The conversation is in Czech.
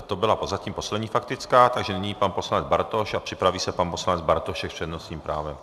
To byla zatím poslední faktická, takže nyní pan poslanec Bartoš a připraví se pan poslanec Bartošek s přednostním právem.